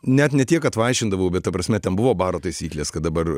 net ne tiek kad vaišindavau bet ta prasme ten buvo baro taisyklės kad dabar